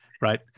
Right